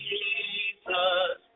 Jesus